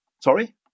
Sorry